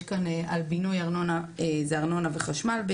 בינוי זה בעיקר ארנונה וחשמל.